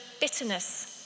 bitterness